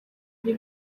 ari